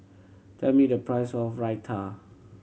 tell me the price of Raita